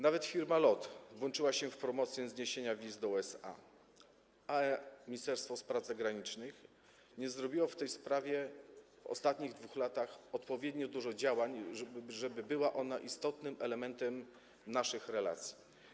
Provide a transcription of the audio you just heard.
Nawet firma LOT włączyła się w promocję zniesienia wiz do USA, a Ministerstwo Spraw Zagranicznych nie przeprowadziło w tej sprawie w ostatnich 2 latach odpowiednio dużo działań, żeby ta sprawa była istotnym elementem naszych relacji.